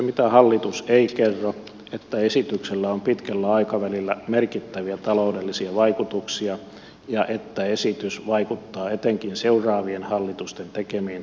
sitä hallitus ei kerro että esityksellä on pitkällä aikavälillä merkittäviä taloudellisia vaikutuksia ja että esitys vaikuttaa etenkin seuraavien hallitusten tekemiin talousarvioihin